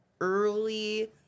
early